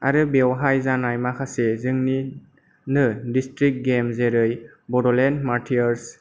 आरो बेवहाय जानाय माखासे जोंनिनो डिसट्रिक्ट गेम जेरै बड'लेण्ड मार्टियार्स